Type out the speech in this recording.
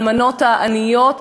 האלמנות העניות,